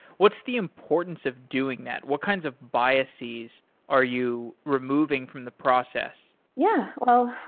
what's the importance of doing that? what kinds of biases are you removing from the process? yeah. well,